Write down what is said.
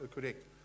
correct